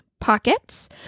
pockets